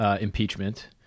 impeachment